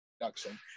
production